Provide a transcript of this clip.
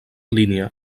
línia